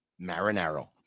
marinero